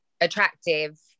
attractive